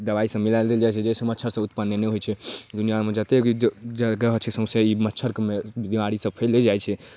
दवाइसब मिला देल जाए छै जाहिसँ मच्छरसब उत्पन्न नहि होइ छै दुनिआमे जतेक जगह छै सौँसे ई मच्छरके बेमारीसब फैलि जाइ छै